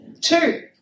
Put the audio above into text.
Two